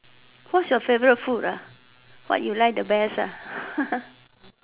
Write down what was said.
what's your favorite food what you like the best